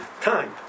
time